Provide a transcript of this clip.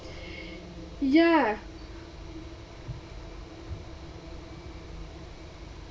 ya